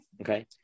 Okay